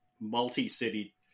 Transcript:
multi-city